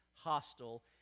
hostile